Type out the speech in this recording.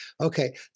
Okay